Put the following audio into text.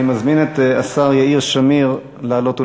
אני מזמין את השר יאיר שמיר לעלות ולהשיב.